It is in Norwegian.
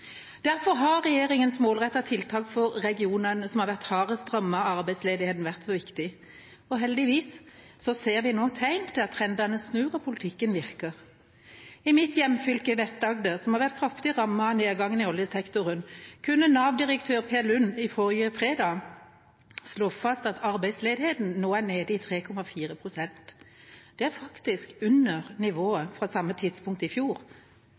Derfor har regjeringas målrettede tiltak for regionene som har vært hardest rammet av arbeidsledigheten, vært så viktig. Heldigvis ser vi nå tegn til at trendene snur, og politikken virker. I mitt hjemfylke, Vest-Agder, som har vært kraftig rammet av nedgangen i oljesektoren, kunne Nav-direktør Per Lund forrige fredag slå fast at arbeidsledigheten nå er nede i 3,4 pst. Det er faktisk under nivået på samme tidspunkt i fjor.